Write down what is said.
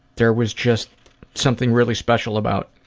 there was just something really special about